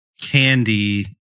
candy